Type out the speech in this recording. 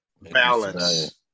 balance